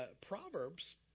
Proverbs